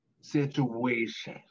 situation